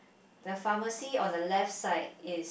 the pharmacy on the left side is